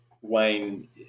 Wayne